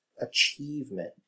achievement